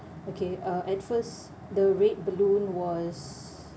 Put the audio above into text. okay uh at first the red balloon was